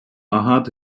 агат